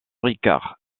ricard